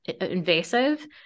invasive